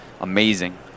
amazing